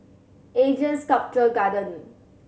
ASEAN Sculpture Garden